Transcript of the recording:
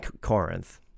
Corinth